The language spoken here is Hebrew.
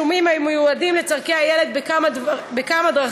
תשלומים המיועדים לצורכי הילד בכמה דרכים: